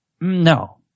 No